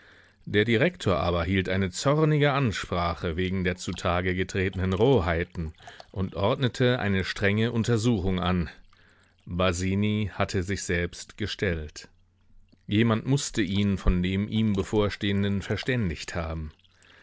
der direktor aber hielt eine zornige ansprache wegen der zutage getretenen roheiten und ordnete eine strenge untersuchung an basini hatte sich selbst gestellt jemand mußte ihn von dem ihm bevorstehenden verständigt haben